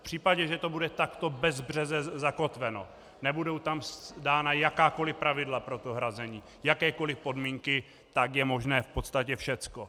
V případě, že to bude takto bezbřeze zakotveno, nebudou tam dána jakákoli pravidla pro to hrazení, jakékoli podmínky, tak je možné v podstatě všecko.